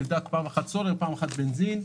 פעם אחת נבדק הסולר ופעם אחת הבנזין.